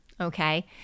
okay